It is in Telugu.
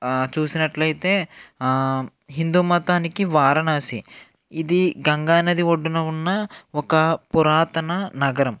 చూసినట్లయితే హిందూ మతానికి వారణాశి ఇది గంగా నది ఒడ్డున ఉన్న ఒక పురాతన నగరం